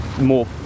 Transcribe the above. more